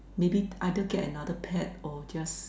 maybe either get another pet or just